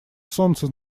солнце